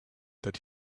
that